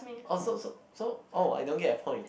oh so so so I don't get your point